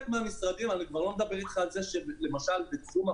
אני כבר לא מדבר איתך על זה שבתחום הפיתוח